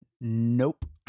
Nope